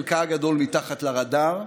חלקה הגדול מתחת לרדאר,